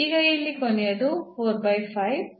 ಈಗ ಇಲ್ಲಿ ಕೊನೆಯದು